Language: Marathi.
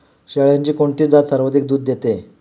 शेळ्यांची कोणती जात सर्वाधिक दूध देते?